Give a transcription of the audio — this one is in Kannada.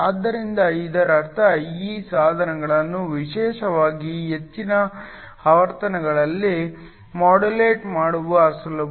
ಆದ್ದರಿಂದ ಇದರರ್ಥ ಈ ಸಾಧನಗಳನ್ನು ವಿಶೇಷವಾಗಿ ಹೆಚ್ಚಿನ ಆವರ್ತನಗಳಲ್ಲಿ ಮಾಡ್ಯುಲೇಟ್ ಮಾಡುವುದು ಸುಲಭ